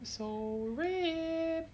so R_I_P